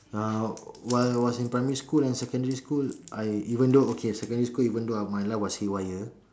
uh while I was in primary and secondary school I even though okay secondary school even though my life was in haywire